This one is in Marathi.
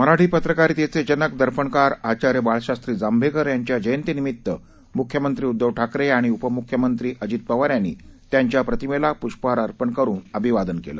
मराठी पत्रकारितेचे जनक दर्पणकार आचार्य बाळशास्त्री जांभेकर यांच्या जयंतीनिमित्त मुख्यमंत्री उद्दव ठाकरे आणि उपमूख्यमंत्री अजित पवार यांनी त्यांच्या प्रतिमेला प्रष्पहार अर्पण करून अभिवादन केलं